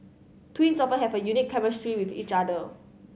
twins often have a unique chemistry with each other